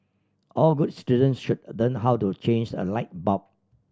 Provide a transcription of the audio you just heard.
all good citizens should learn how to change a light bulb